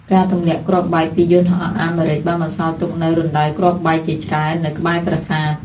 ការទម្លាក់គ្រាប់បែកពីយន្តហោះអាមេរិកបានបន្សល់ទុកនូវរណ្តៅគ្រាប់បែកជាច្រើននៅក្បែរប្រាសាទ។